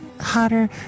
hotter